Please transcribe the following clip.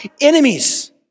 enemies